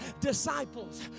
disciples